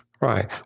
Right